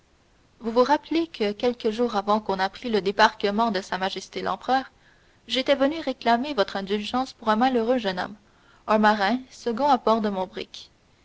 vous vous rappelez que quelques jours avant qu'on apprit le débarquement de sa majesté l'empereur j'étais venu réclamer votre indulgence pour un malheureux jeune homme un marin second à bord de mon brick